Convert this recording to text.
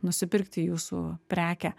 nusipirkti jūsų prekę